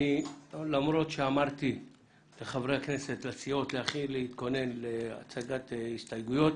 למרות שאמרתי לחברי הכנסת ולסיעות להתחיל להתכונן להצגת הסתייגויות,